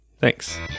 thanks